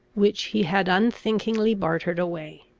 which he had unthinkingly bartered away.